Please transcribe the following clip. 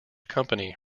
company